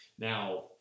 Now